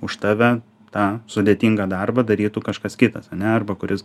už tave tą sudėtingą darbą darytų kažkas kitas ane arba kuris